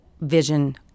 vision